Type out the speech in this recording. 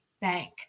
bank